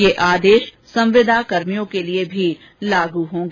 यह आदेश संविदा कार्मिकों के लिए भी लागू होगा